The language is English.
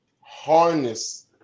harness